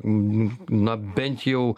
n na bent jau